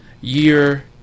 year